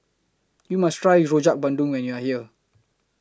YOU must Try Rojak Bandung when YOU Are here